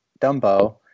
Dumbo